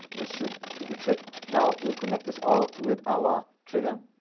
this should do the trick. now we connect this all with our trigger.